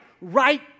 right